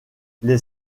les